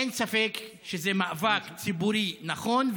אין ספק שזה מאבק ציבורי נכון,